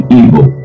evil